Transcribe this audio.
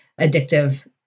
addictive